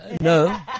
No